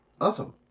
Awesome